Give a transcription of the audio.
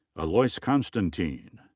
aloyce constantine.